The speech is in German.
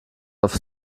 auf